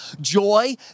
joy